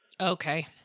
Okay